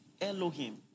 Elohim